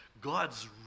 God's